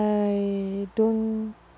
I don't